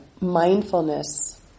mindfulness